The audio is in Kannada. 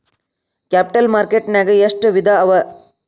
ಕ್ಯಾಪಿಟಲ್ ಮಾರ್ಕೆಟ್ ನ್ಯಾಗ್ ಎಷ್ಟ್ ವಿಧಾಅವ?